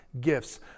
gifts